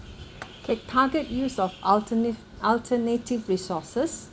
K target use of alternate alternative resources